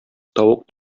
тавык